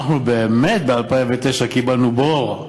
ב-2009 אנחנו באמת קיבלנו בור,